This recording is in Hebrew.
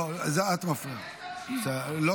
אני מפריעה, זה מפריע, כן.